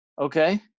okay